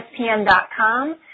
ESPN.com